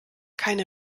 keine